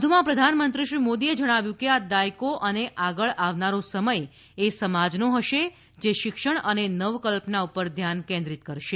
વધુમાં પ્રધાનમંત્રીશ્રી મોદીએ જણાવ્યું હતું કે આ દાયકો અને આગળ આવનારો સમય એ સમાજનો હશે જે શિક્ષણ અને નવકલ્પના પર ધ્યાન કેન્દ્રિત કરશે